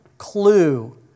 clue